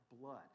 blood